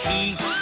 Heat